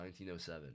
1907